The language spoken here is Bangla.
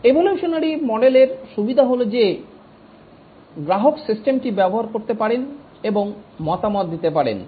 এভোলিউশনারী মডেলের সুবিধা হল যে গ্রাহক সিস্টেমটি ব্যবহার করতে পারেন এবং মতামত দিতে পারেন